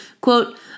quote